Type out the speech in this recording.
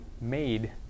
made